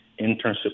internship